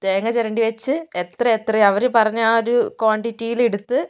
തേങ്ങ ചുരണ്ടി വെച്ച് എത്രയെത്ര അവർ പറഞ്ഞ ആ ഒരു ക്വാണ്ടിറ്റിയിൽ എടുത്ത്